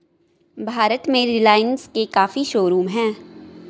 भारत में रिलाइन्स के काफी शोरूम हैं